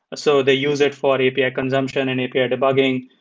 so the use it for and api ah consumption and api debugging,